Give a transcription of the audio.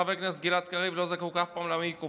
חבר הכנסת גלעד קריב לא זקוק אף פעם למיקרופון.